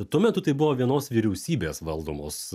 tuo metu tai buvo vienos vyriausybės valdomos